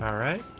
um right.